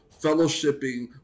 fellowshipping